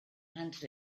handed